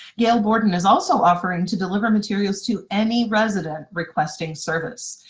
gail borden is also offering to deliver materials to any resident requesting service.